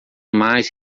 mais